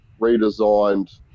redesigned